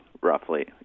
roughly